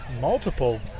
multiple